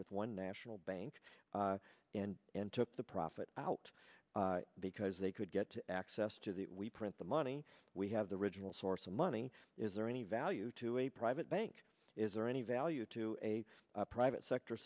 with one national bank and and took the profit out because they could get access to that we print the money we have the original source of money is there any value to a private bank is there any value to a private sector